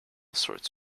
sorts